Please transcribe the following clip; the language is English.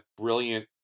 brilliant